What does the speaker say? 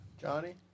Johnny